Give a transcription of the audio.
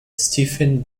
stephen